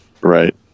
Right